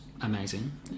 amazing